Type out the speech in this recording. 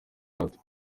gato